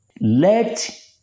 Let